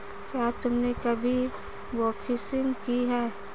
क्या तुमने कभी बोफिशिंग की है?